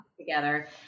Together